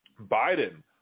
Biden